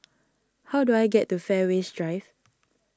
how do I get to Fairways Drive